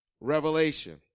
revelation